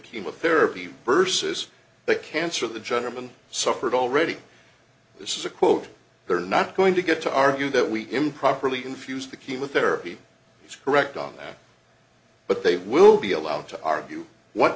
chemotherapy versus the cancer the gentleman suffered already this is a quote they're not going to get to argue that we improperly confuse the chemotherapy is correct on that but they will be allowed to argue what